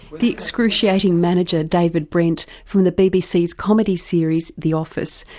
the excruciating manager david brent from the bbc's comedy series the office,